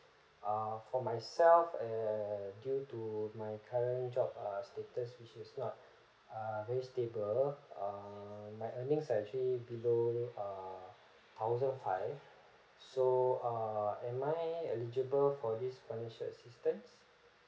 ah for myself and due to my current job uh status which is not ah very stable err my earnings are actually below err thousand five so err am I eligible for this financial assistance